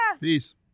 peace